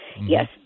Yes